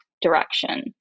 direction